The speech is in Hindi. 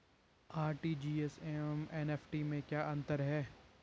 आर.टी.जी.एस एवं एन.ई.एफ.टी में क्या अंतर है?